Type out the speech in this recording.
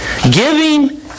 Giving